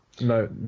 No